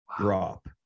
drop